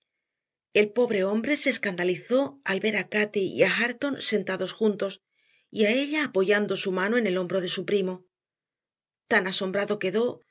el pobre hombre se escandalizó al ver a cati y a hareton sentados juntos y a ella apoyando su mano en el hombro de su primo tan asombrado quedó